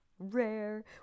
rare